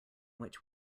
which